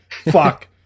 Fuck